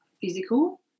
physical